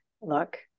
look